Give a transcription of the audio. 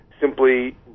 simply